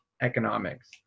economics